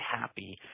happy